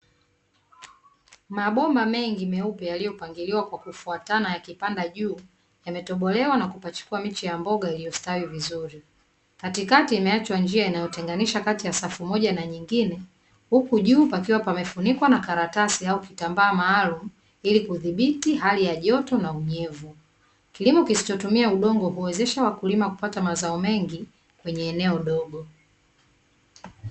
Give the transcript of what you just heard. Mabomba mengi meupe yaliyopangiliwa kwa kufuatana yakipanda juu, yametobolewa na kupachikwa miche ya mboga iliyostawi vizuri, katikati imeachwa njia inayotenganisha kati ya safu moja na nyingine, huku juu pakiwa pamefunikwa na karatasi au kitambaa maalum ili kudhibiti hali ya joto na unyevu, kilimo kisichotumia udongo huwezesha wakulima kupata mazao mengi kwenye eneo dogo.